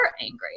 angry